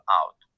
out